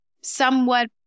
somewhat